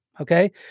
Okay